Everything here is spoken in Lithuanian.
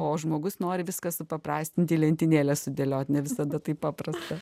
o žmogus nori viską supaprastinti į lentynėles sudėliot ne visada taip paprasta